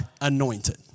anointed